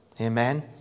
Amen